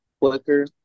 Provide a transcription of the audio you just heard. quicker